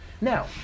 Now